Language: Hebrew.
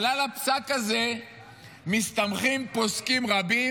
אבל על הפסק הזה מסתמכים פוסקים רבים.